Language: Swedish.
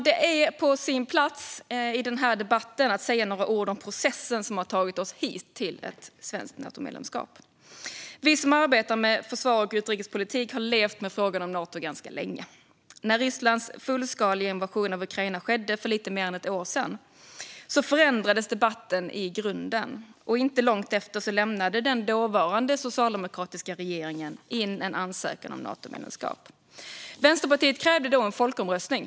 Det är på sin plats att i debatten säga några ord om processen fram till ett svenskt medlemskap i Nato. Vi som arbetar med försvars och utrikespolitik har levt med frågan om Nato ganska länge. När Rysslands fullskaliga invasion av Ukraina skedde för lite mer än ett år sedan förändrades debatten i grunden, och inte långt efter lämnade den dåvarande socialdemokratiska regeringen in en ansökan om Natomedlemskap. Vänsterpartiet krävde en folkomröstning.